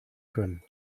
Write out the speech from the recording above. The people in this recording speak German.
können